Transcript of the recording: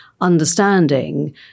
understanding